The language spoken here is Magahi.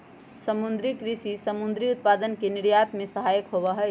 समुद्री कृषि समुद्री उत्पादन के निर्यात में सहायक होबा हई